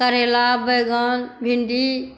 करेला बैंगन भिंडी